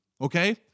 okay